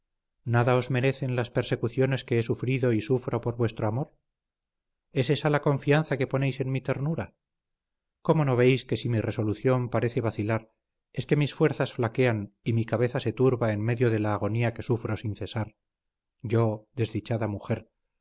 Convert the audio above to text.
nada os merecen las persecuciones que he sufrido y sufro por vuestro amor es esa la confianza que ponéis en mi ternura cómo no veis que si mi resolución parece vacilar es que mis fuerzas flaquean y mi cabeza se turba en medio de la agonía que sufro sin cesar yo desdichada mujer